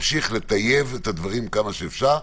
לטייב את הדברים עד כמה שאפשר.